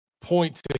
point